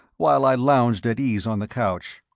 while i lounged at ease on the couch.